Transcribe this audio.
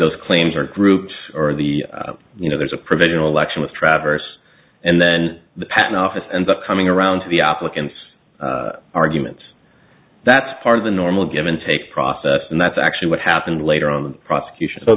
those claims or groups or the you know there's a provisional election with travers and then the patent office ends up coming around to the applicant's arguments that's part of the normal give and take process and that's actually what happened later on the prosecution so